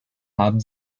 haben